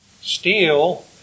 Steel